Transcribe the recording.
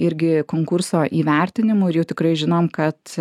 irgi konkurso įvertinimų ir jau tikrai žinom kad